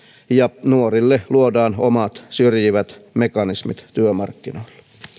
ja nuorille luodaan omat syrjivät mekanismit työmarkkinoilla